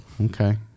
okay